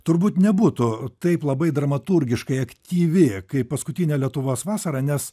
turbūt nebūtų taip labai dramaturgiškai aktyvi kaip paskutinė lietuvos vasara nes